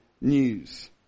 news